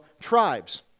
tribes